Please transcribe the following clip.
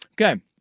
Okay